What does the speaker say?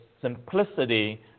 simplicity